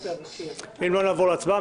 אם לא, נעבור להצבעה.